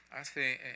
hace